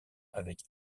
avec